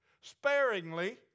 sparingly